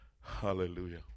hallelujah